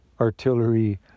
artillery